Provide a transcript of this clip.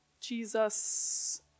Jesus